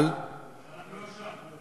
אבל, אנחנו לא שם.